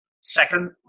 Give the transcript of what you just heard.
Second